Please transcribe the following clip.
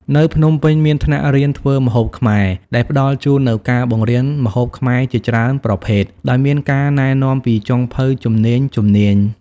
នៅភ្នំពេញមានថ្នាក់រៀនធ្វើម្ហូបខ្មែរ ដែលផ្តល់ជូននូវការបង្រៀនម្ហូបខ្មែរជាច្រើនប្រភេទ ដោយមានការណែនាំពីចុងភៅជំនាញៗ។